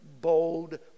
bold